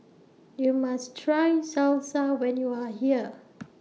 YOU must Try Salsa when YOU Are here